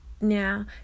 now